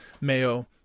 mayo